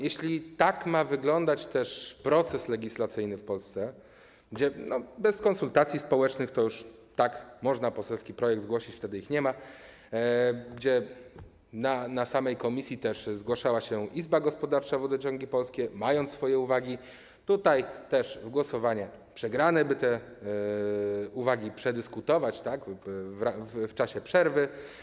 Jeśli tak ma wyglądać proces legislacyjny w Polsce, gdzie bez konsultacji społecznych już można poselski projekt zgłosić, wtedy ich nie ma, gdzie do samej komisji też zgłaszała się Izba Gospodarcza Wodociągi Polskie, mając swoje uwagi, tutaj też w głosowaniach przegrane, by te uwagi przedyskutować w czasie przerwy.